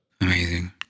Amazing